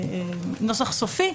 בנוסח סופי,